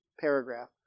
paragraph